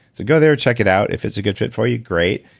so go there, check it out. if it's a good fit for you, great.